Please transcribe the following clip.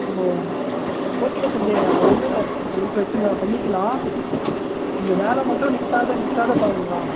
அப்படியா ஓகே சஞ்ஜய் ஒன்றும் இல்லை ஒரு பிரச்சனை இல்லை பண்ணிக்கலாம் கொஞ்சம் வேலை மட்டும் நிறுத்தாம நிறுத்தாம பார்க்குறீங்களா